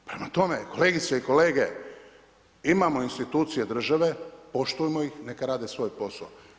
Prema tome kolegice i kolege, imamo institucije države, poštujmo ih, neka rade svoj posao.